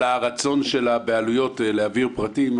על הרצון של הבעלויות להעביר פרטים.